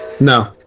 No